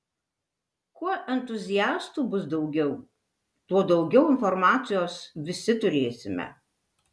kuo entuziastų bus gausiau tuo daugiau informacijos visi turėsime